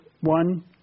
one